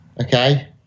okay